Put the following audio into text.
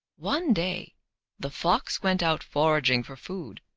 one day the fox went out foraging for food,